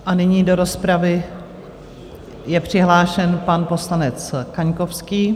A nyní do rozpravy je přihlášen pan poslanec Kaňkovský.